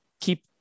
keep